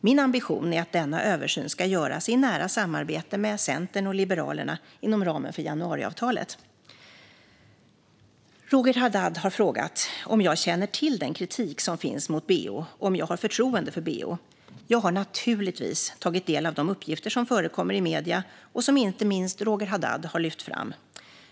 Min ambition är att denna översyn ska göras i nära samarbete med Centern och Liberalerna inom ramen för januariavtalet. Roger Haddad har frågat om jag känner till den kritik som finns mot BEO och om jag har förtroende för BEO. Jag har naturligtvis tagit del av de uppgifter som förekommer i medierna och som inte minst Roger Haddad lyft fram.